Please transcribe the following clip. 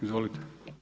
Izvolite.